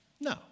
No